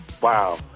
wow